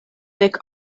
dek